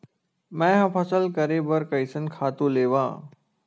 मैं ह फसल करे बर कइसन खातु लेवां?